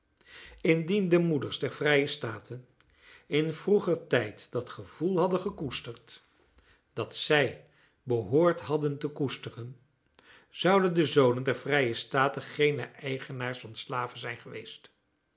indien de moeders der vrije staten in vroeger tijd dat gevoel hadden gekoesterd dat zij behoord hadden te koesteren zouden de zonen der vrije staten geene eigenaars van slaven zijn geweest